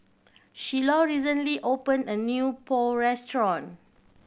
Shiloh recently opened a new Pho restaurant